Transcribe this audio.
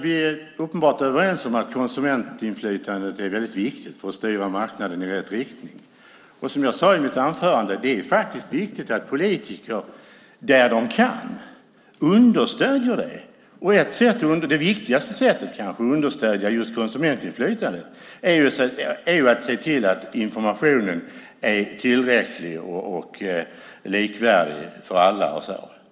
Vi är uppenbart överens om att konsumentinflytandet är viktigt för att styra marknaden i rätt riktning. Som jag sade i mitt anförande är det viktigt att politiker, där de kan, understöder det. Det kanske viktigaste sättet att understödja just konsumentinflytandet är att se till att informationen är tillräcklig och likvärdig för alla.